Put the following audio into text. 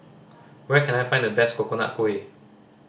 where can I find the best Coconut Kuih